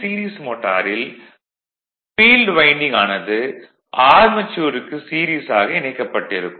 series மோட்டாரில் field winding ஆனது ஆர்மெச்சூருக்கு சீரிஸாக இணைக்கப்பட்டிருக்கும்